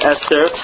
Esther